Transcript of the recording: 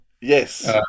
Yes